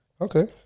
Okay